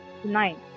tonight